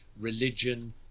religion